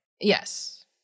Yes